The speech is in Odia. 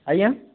ଆଜ୍ଞା